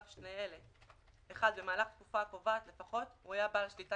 למעט רווח הון,